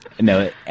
no